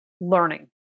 learning